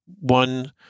one